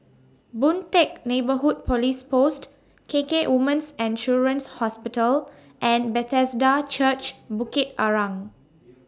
Boon Teck Neighbourhood Police Post K K Women's and Children's Hospital and Bethesda Church Bukit Arang